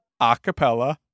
Acapella